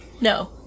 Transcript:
No